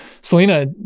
Selena